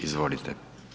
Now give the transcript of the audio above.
Izvolite.